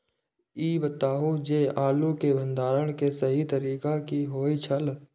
ई बताऊ जे आलू के भंडारण के सही तरीका की होय छल?